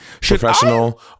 Professional